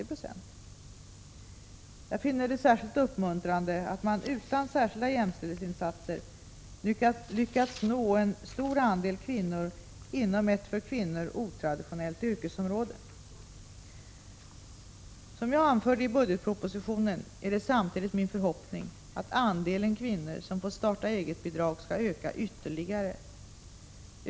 Jag finner de OÖmsiödetärkvinnor särskilt uppmuntrande att man utan särskilda jämställdhetsinsatser lyckats er se iz § å &/ år å som väljer otraditionå en stor andel kvinnor inom ett för kvinnor otraditionellt yrkesområde. nella yrken Som jag anförde i budgetpropositionen är det samtidigt min förhoppning att andelen kvinnor som får starta-eget-bidrag skall öka ytterligare.